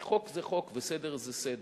כי חוק זה חוק וסדר זה סדר,